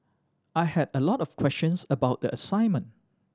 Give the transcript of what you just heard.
I had a lot of questions about the assignment